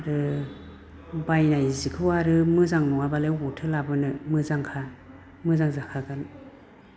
आरो बायनाय जिखौ आरो मोजां नङाबालाय अबावथो लाबोनो मोजांखा मोजां जाखागोन